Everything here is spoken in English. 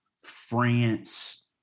France